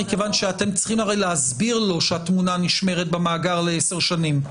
אתם צריכים להסביר לו שהתמונה נשמרת למאגר לעשר שנים,